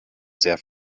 sehr